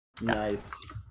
Nice